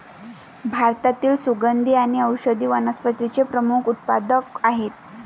भारतातील सुगंधी आणि औषधी वनस्पतींचे प्रमुख उत्पादक आहेत